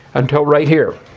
until right here.